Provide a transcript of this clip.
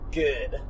good